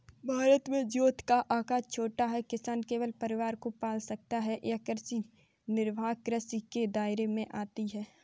भारत में जोत का आकर छोटा है, किसान केवल परिवार को पाल सकता है ये कृषि निर्वाह कृषि के दायरे में आती है